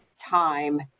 time